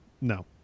No